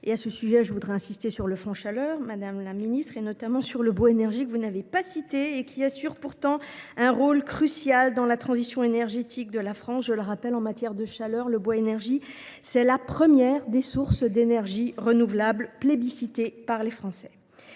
À ce sujet, je veux insister sur le fonds Chaleur, madame la ministre, notamment sur le bois énergie que vous n’avez pas cité et qui assure pourtant un rôle crucial dans la transition énergétique de la France. Je le rappelle, en matière de chaleur, le bois énergie est la première source d’énergie renouvelable, plébiscitée par les Français.